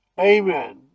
Amen